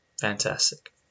fantastic